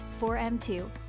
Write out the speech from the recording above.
4M2